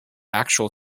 actual